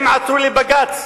הם עתרו לבג"ץ.